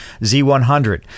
Z100